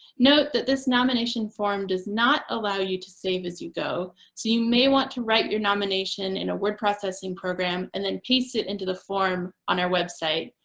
note that this nomination form does not allow you to save as you go, so you may want to write your nomination in a word processing program and then paste it into the form on our website.